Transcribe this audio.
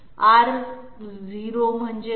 R0 म्हणजे काय